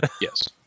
Yes